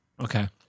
okay